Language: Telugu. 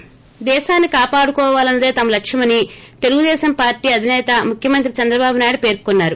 ి ప్ర దేశాన్ని కాపాడుకోవాలన్నదే తమ లక్ష్యమని తెలుగుదేశం పార్టీ అధినేత ముఖ్యమంత్రి చంద్రబాబు నాయుడు పేర్కొన్నారు